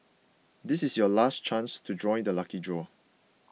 this is your last chance to join the lucky draw